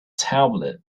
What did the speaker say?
tablet